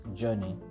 journey